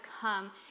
come